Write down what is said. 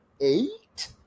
eight